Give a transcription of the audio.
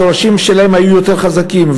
השורשים שלהם היו יותר חזקים,